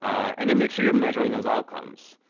and then make sure you're measuring those outcomes.